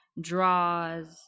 draws